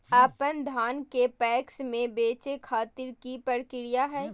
अपन धान के पैक्स मैं बेचे खातिर की प्रक्रिया हय?